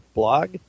blog